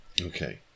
Okay